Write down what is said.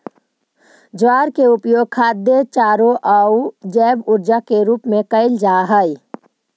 ज्वार के उपयोग खाद्य चारों आउ जैव ऊर्जा के रूप में कयल जा हई